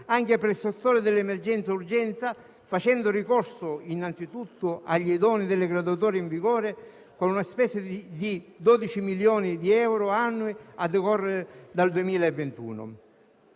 anche per il settore dell'emergenza e urgenza, facendo ricorso innanzitutto agli idonei delle graduatorie in vigore, con una spesa di 12 milioni di euro annui, a decorrere dal 2021.